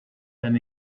when